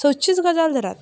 सदचीच गजाल धरात